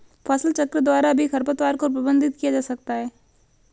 फसलचक्र द्वारा भी खरपतवार को प्रबंधित किया जा सकता है